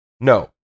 No